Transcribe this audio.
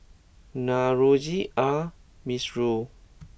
Navroji R Mistri